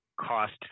cost